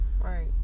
Right